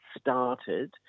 started